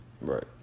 Right